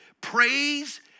praise